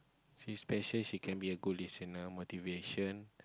she special she can be a good listener motivation